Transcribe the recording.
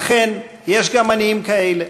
אכן, יש גם עניים כאלה,